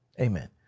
Amen